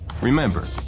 Remember